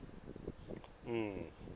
mm